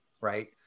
right